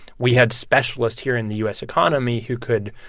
we had specialists here in the u s. economy who could